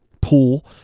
pool